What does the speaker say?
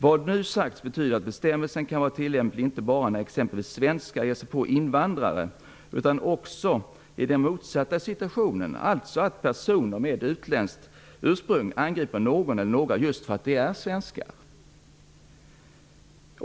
Vad nu sagts betyder att bestämmelsen kan vara tiIlämplig inte bara när exempelvis svenskar ger sig på invandrare utan också i den motsatta situationen, alltså att personer med utländskt ursprung angriper någon eIler några just för de är svenskar.